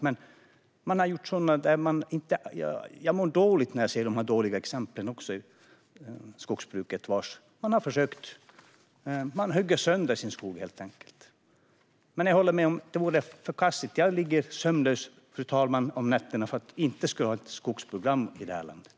Men jag mår dåligt när jag ser de dåliga exemplen i skogsbruket där man helt enkelt bara har huggit sönder sin skog. Fru talman! Jag ligger sömnlös av oro för att vi inte skulle få ett skogsprogram i det här landet.